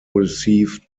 received